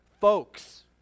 folks